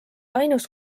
ainus